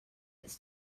its